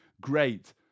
great